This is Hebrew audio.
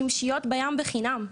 שמשיות בים בחינם,